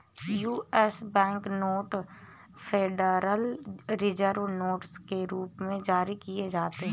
US bank note federal reserve notes के रूप में जारी किए जाते हैं